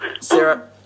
Sarah